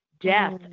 Death